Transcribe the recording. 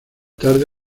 tarde